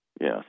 Yes